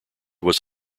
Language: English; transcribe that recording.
was